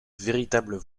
véritables